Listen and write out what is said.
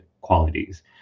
qualities